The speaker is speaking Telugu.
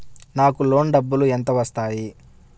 నాకు లోన్ డబ్బులు ఎంత వస్తాయి?